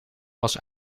was